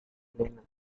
elena